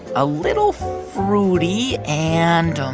a little fruity. and um